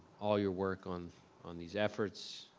all your work on on these efforts,